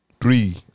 three